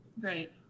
Great